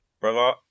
Brother